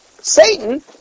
Satan